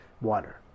water